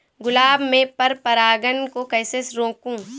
गुलाब में पर परागन को कैसे रोकुं?